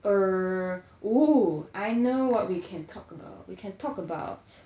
err oo I know what we can talk about we can talk about